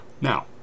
Now